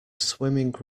swimming